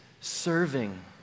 serving